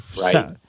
Right